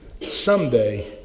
Someday